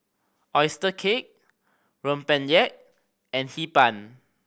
oyster cake rempeyek and Hee Pan